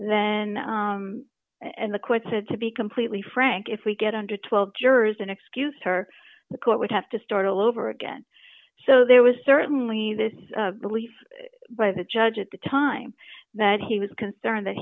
then and the court said to be completely frank if we get under twelve jurors and excuse her the court would have to start all over again so there was certainly this belief by the judge at the time that he was concerned that